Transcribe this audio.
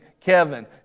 Kevin